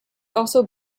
also